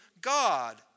God